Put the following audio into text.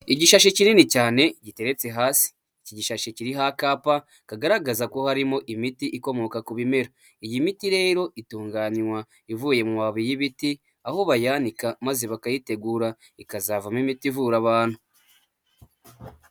Igishashi kinini cyane giteretse hasi. Iki gishashi kiriho akapa kagaragaza ko harimo imiti ikomoka ku bimera, iyi miti rero itunganywa ivuye mu mababi y'ibiti aho bayanika maze bakayitegura ikazavamo imiti ivura abantu.